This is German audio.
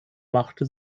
machte